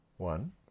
One